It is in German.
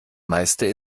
meiste